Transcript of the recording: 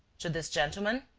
to this gentleman?